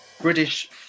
British